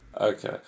Okay